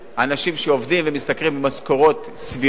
אנשים שעובדים ומשתכרים משכורות סבירות,